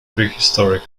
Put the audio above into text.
prehistoric